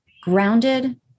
grounded